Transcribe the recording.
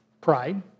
Pride